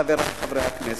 חברי חברי הכנסת,